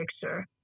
picture